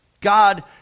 God